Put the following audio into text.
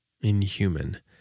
inhuman